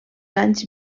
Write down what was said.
anys